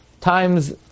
times